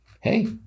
Hey